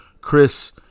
Chris